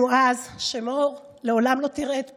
זה שמור לעולם לא תראה את פנינו,